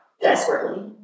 desperately